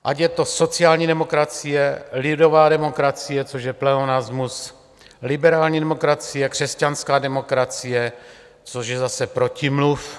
Ať je to sociální demokracie, lidová demokracie, což je pleonasmus, liberální demokracie, křesťanská demokracie, což je zase protimluv.